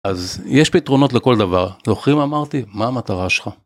אז יש פתרונות לכל דבר, זוכרים אמרתי? מה המטרה שלך?